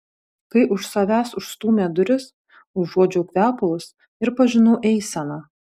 kai už savęs užstūmė duris užuodžiau kvepalus ir pažinau eiseną